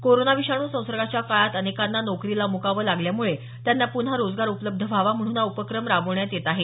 corona विषाणू संसर्गाच्या काळात अनेकांना नोकरीला मुकावं लागल्यामुळं त्यांना पुन्हा रोजगार उपलब्ध व्हावा म्हणून हा उपक्रम राबवण्यात येत आहे